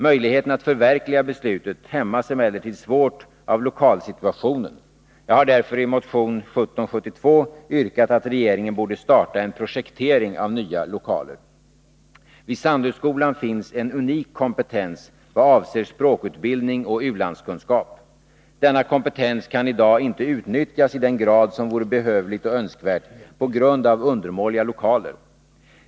Möjligheten att förverkliga beslutet hämmas emellertid svårt av lokalsituationen. Jag har därför i motion 1772 yrkat att regeringen skall starta en projektering av nya lokaler. Vid Sandöskolan finns en unik kompetens vad avser språkutbildning och u-landskunskap. Denna kompetens kan i dag inte utnyttjas i den grad som vore behövlig och önskvärd på grund av undermåliga lokaler.